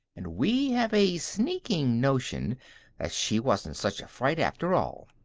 and we have a sneaking notion that she wasn't such a fright after all.